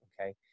okay